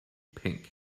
pink